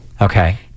Okay